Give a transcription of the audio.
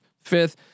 fifth